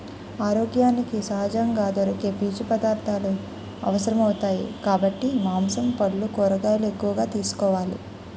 ఆరోగ్యానికి సహజంగా దొరికే పీచు పదార్థాలు అవసరమౌతాయి కాబట్టి మాంసం, పల్లు, కూరగాయలు ఎక్కువగా తీసుకోవాలి